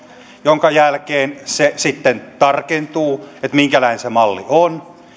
jonka jälkeen sitten tarkentuu minkälainen se malli on